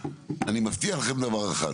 אני מבטיח לכם דבר אחד,